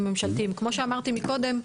כמו שאמרתי קודם,